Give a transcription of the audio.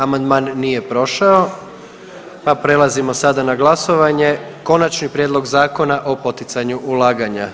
Amandman nije prošao pa prelazimo sada na glasovanje, Konačni prijedlog Zakona o poticanju ulaganja.